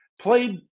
played